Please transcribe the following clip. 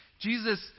Jesus